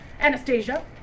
Anastasia